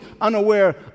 unaware